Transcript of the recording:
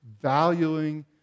valuing